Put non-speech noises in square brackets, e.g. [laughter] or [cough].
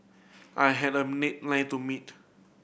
I had a [unintelligible] line to meet